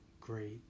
great